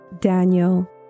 Daniel